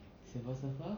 silver surfer